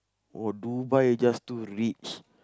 or Dubai just too rich